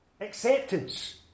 acceptance